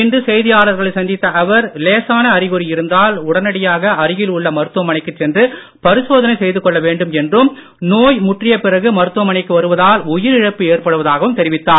இன்று செய்தியாளர்களை சந்தித்த அவர் லேசான அறிகுறி இருந்தால் உடனடியாக அருகில் உள்ள மருத்துவமனைக்குச் சென்று பரிசோதனை செய்து கொள்ள வேண்டும் என்றும் நோய் முற்றிய பிறகு மருத்துவமனைக்கு வருவதால் உயிரிழப்பு ஏற்படுவதாகவும் தெரிவித்தார்